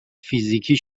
فیزیکی